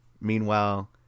Meanwhile